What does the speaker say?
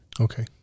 Okay